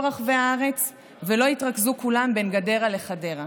רחבי הארץ ולא יתרכזו כולם בין גדרה לחדרה.